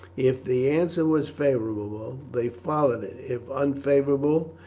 if the answer was favourable, they followed it if unfavourable,